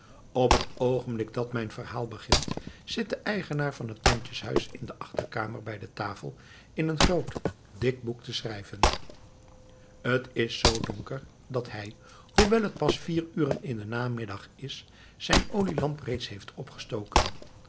op het oogenblik dat mijn verhaal begint zit de eigenaar van het pandjeshuis in de achterkamer bij de tafel in een groot dik boek te schrijven t is er zoo donker dat hij hoewel t pas vier uren in den namiddag is zijn olielamp reeds heeft opgestoken